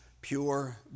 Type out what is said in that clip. pure